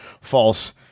false